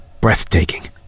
breathtaking